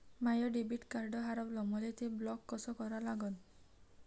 माय debit card हारवलं, मले ते ब्लॉक कस करा लागन?